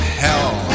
hell